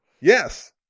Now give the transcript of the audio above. Yes